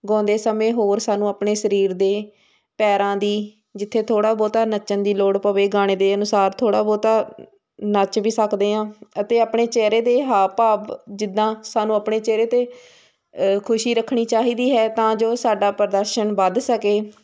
ਗਾਉਂਦੇ ਸਮੇਂ ਹੋਰ ਸਾਨੂੰ ਆਪਣੇ ਸਰੀਰ ਦੇ ਪੈਰਾਂ ਦੀ ਜਿੱਥੇ ਥੋੜ੍ਹਾ ਬਹੁਤਾ ਨੱਚਣ ਦੀ ਲੋੜ ਪਵੇ ਗਾਣੇ ਦੇ ਅਨੁਸਾਰ ਥੋੜ੍ਹਾ ਬਹੁਤਾ ਨੱਚ ਵੀ ਸਕਦੇ ਹਾਂ ਅਤੇ ਆਪਣੇ ਚਿਹਰੇ ਦੇ ਹਾਵ ਭਾਵ ਜਿੱਦਾਂ ਸਾਨੂੰ ਆਪਣੇ ਚਿਹਰੇ 'ਤੇ ਖੁਸ਼ੀ ਰੱਖਣੀ ਚਾਹੀਦੀ ਹੈ ਤਾਂ ਜੋ ਸਾਡਾ ਪ੍ਰਦਰਸ਼ਨ ਵੱਧ ਸਕੇ